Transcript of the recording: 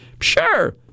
Sure